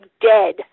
dead